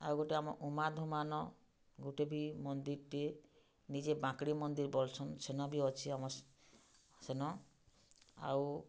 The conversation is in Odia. ଆଉ ଗୁଟେ ଆମ ଉମାଧୁମାନ ଗୋଟେ ବି ମନ୍ଦିର୍ଟେ ନିଜେ ବାଙ୍କ୍ଡ଼ି ମନ୍ଦିର୍ ବଲ୍ସୁଁ ସେନ ବି ଅଛି ଆମର୍ ସେନ ଆଉ